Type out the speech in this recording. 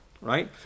right